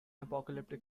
apocalyptic